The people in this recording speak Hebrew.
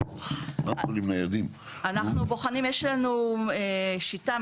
יש לנו שיטה,